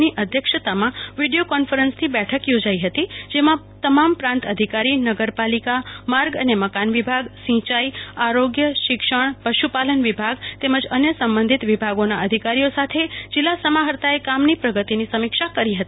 ની અધ્યક્ષતામાં વીડીયો કોન્ફરન્સથી બેઠક યોજાઈ હતી જેમાં તમામ પ્રાંત અધિકારી નગરપાલિકા માર્ગ અને મકાન વિભાગ સિંચાઈ આરોગ્ય શિક્ષણ પશુપાલનવિભાગ તેમજ અન્ય સંબંધીત વિભાગોના અધિકારીઓ સાથે જિલ્લા સમાહર્તાએ કામની પ્રગતિની સમીક્ષા કરી હતી